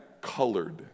colored